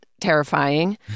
terrifying